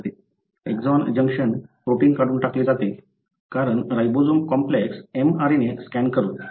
exon junction protein काढून टाकले जाते कारण राइबोझोम कॉम्प्लेक्स mRNA स्कॅन करून